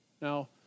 Now